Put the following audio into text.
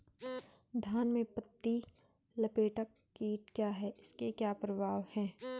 धान में पत्ती लपेटक कीट क्या है इसके क्या प्रभाव हैं?